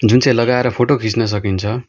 जुन चाहिँ लगाएर फोटो खिच्न सकिन्छ